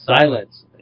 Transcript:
silence